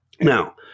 Now